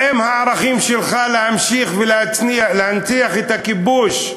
האם הערכים שלך הם להמשיך ולהנציח את הכיבוש,